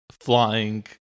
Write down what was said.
flying